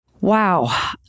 Wow